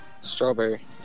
Strawberry